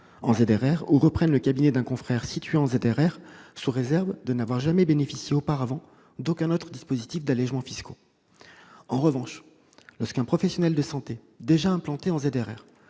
en ZRR ou reprennent le cabinet d'un confrère situé en ZRR, sous réserve de n'avoir jamais bénéficié auparavant d'aucun autre dispositif d'allégement fiscal. En revanche, lorsqu'un professionnel de santé déjà implanté en ZRR